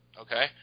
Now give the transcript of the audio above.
okay